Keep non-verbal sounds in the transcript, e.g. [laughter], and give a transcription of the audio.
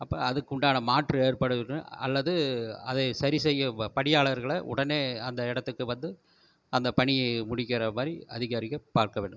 அப்புறம் அதுக்குண்டான மாற்று ஏற்பாடு [unintelligible] அல்லது அதை சரி செய்யும் பணியாளர்கள உடனே அந்த இடத்துக்கு வந்து அந்த பணியை முடிக்கின்றா மாதிரி அதிகாரிகள் பார்க்க வேண்டும்